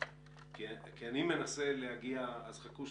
אז חכו,